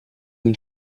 him